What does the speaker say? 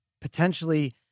potentially